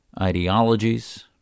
ideologies